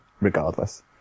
regardless